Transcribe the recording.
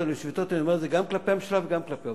ואני אומר את זה גם כלפי הממשלה וגם כלפי העובדים.